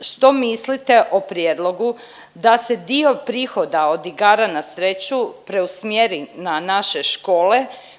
što mislite o prijedlogu da se dio prihoda od igara na sreću preusmjeri na naše škole